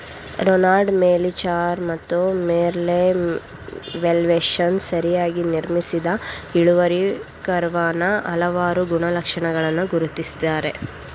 Ronald Melichar ಮತ್ತು Merle Welshans ಸರಿಯಾಗಿ ನಿರ್ಮಿಸಿದ ಇಳುವರಿ ಕರ್ವಾನ ಹಲವಾರು ಗುಣಲಕ್ಷಣಗಳನ್ನ ಗುರ್ತಿಸಿದ್ದಾರೆ